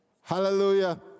Hallelujah